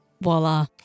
Voila